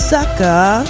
sucker